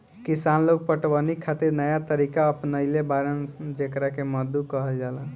किसान लोग पटवनी खातिर नया तरीका अपनइले बाड़न जेकरा मद्दु कहल जाला